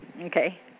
okay